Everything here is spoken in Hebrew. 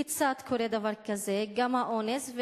1. כיצד קורה דבר כזה, גם האונס,